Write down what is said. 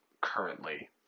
currently